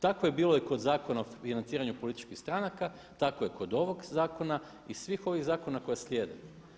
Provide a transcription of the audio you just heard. Tako je bilo i kod zakona o financiranju političkih stranaka, tako je kod ovog zakona i svih ovih zakona koji slijede.